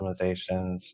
optimizations